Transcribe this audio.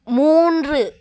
மூன்று